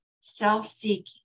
self-seeking